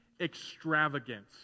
extravagant